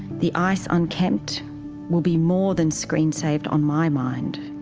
the ice unkempt will be more than screen-saved on my mind,